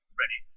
ready